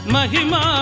Mahima